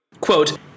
Quote